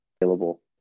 available